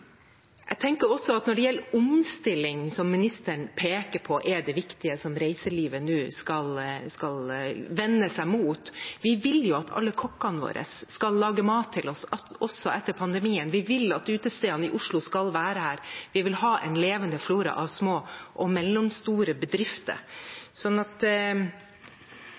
omstilling, som ministeren peker på, er det det viktige som reiselivet nå skal vende seg mot. Vi vil jo at alle kokkene våre skal lage mat til oss også etter pandemien, vi vil at utestedene i Oslo skal være her, vi vil ha en levende flora av små og mellomstore bedrifter.